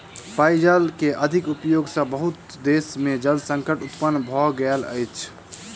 पेयजल के अधिक उपयोग सॅ बहुत देश में जल संकट उत्पन्न भ गेल अछि